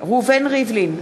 ראובן ריבלין,